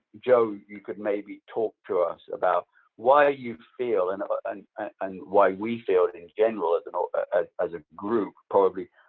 joe, you could maybe talk to us about why ah you feel and and and why we feel in general as and as a group, probably,